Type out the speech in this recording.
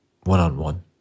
one-on-one